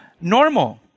normal